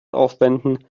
aufwenden